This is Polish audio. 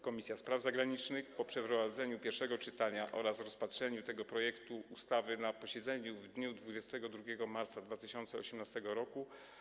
Komisja Spraw Zagranicznych po przeprowadzeniu pierwszego czytania oraz rozpatrzeniu tego projektu ustawy na posiedzeniu w dniu 22 marca 2018 r.